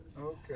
Okay